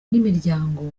n’imiryango